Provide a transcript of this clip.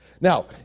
Now